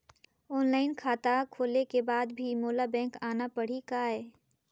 Online खाता खोले के बाद भी मोला बैंक आना पड़ही काय?